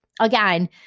again